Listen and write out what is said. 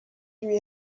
lui